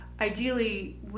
ideally